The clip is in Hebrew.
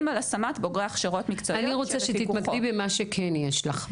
על השמת בוגרות מקצועיות -- אני רוצה שתתמקדי במה שכן יש לך.